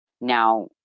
now